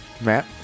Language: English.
Matt